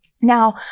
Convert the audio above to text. Now